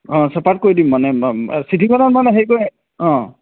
অঁ চেপাৰেট কৰি দিম মানে এই চিঠিখনত মানে হেৰি কৰিম অঁ